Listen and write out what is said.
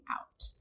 out